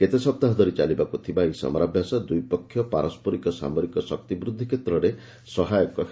କେତେ ସପ୍ତାହ ଧରି ଚାଲିବାକୁ ଥିବା ଏହି ସମରାଭ୍ୟାସ ଦୁଇ ପକ୍ଷ ପାରସ୍କରିକ ସାମରିକ ଶକ୍ତି ବୃଦ୍ଧି କ୍ଷେତ୍ରରେ ସହାୟକ ହେବ